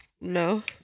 No